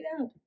out